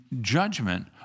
judgment